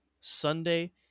Sunday